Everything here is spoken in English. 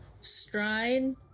stride